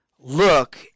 look